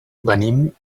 venim